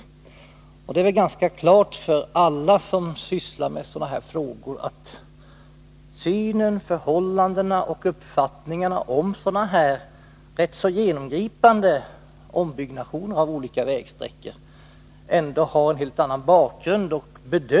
Alla som sysslar med frågor av detta slag har Nr 120 väl ganska klart för sig att bakgrunden nu är en helt annan när det gäller synen på förhållandena och uppfattningarna i fråga om sådana här rätt så genomgripande ombyggnaden av olika vägsträckor.